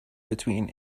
between